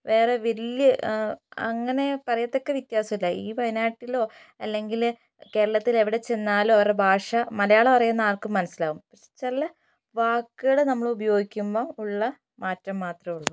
വേറെ വലിയ അങ്ങനെ പറയത്തക്ക വിത്യാസമില്ല ഈ വായനാട്ടിലോ അല്ലെങ്കില് കേരളത്തിലെവിടെ ചെന്നാലും അവരുടെ ഭാഷ മലയാളം അറിയുന്ന ആർക്കും മനസ്സിലാവും ചില വാക്കുകള് നമ്മളുപയോഗിക്കുമ്പം ഉള്ള മാറ്റം മാത്രമേ ഉള്ളു